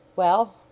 Well